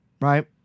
right